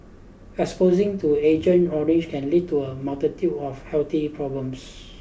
exposing to Agent Orange can lead to a multitude of healthy problems